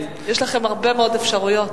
יש לכם הרבה מאוד אפשרויות.